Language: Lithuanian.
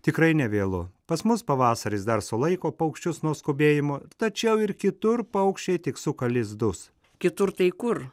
tikrai nevėlu pas mus pavasaris dar sulaiko paukščius nuo skubėjimo tačiau ir kitur paukščiai tik suka lizdus kitur tai kur